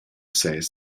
ses